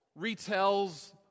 retells